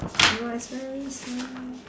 it was very sad